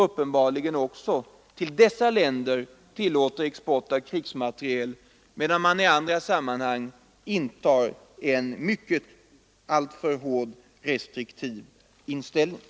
Uppenbarligen tillåter man också export av krigsmateriel till dessa länder, medan man i andra sammanhang intar en mycket restriktiv inställning.